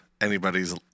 anybody's